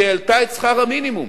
שהעלתה את שכר המינימום,